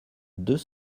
deux